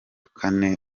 kane